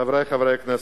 חברי חברי הכנסת,